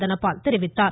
தனபால் தெரிவித்தார்